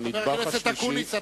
חבר הכנסת אקוניס,